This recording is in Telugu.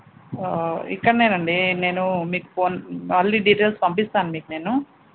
ఇక్కడనే అండి నేను మీకు మళ్ళీ డీటెయిల్స్ పంపిస్తాను మీకు నేను